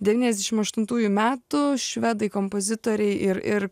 devyniasdešim aštuntųjų metų švedai kompozitoriai ir ir